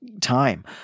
time